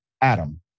Adam